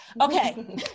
Okay